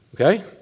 Okay